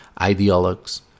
ideologues